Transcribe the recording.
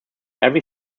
every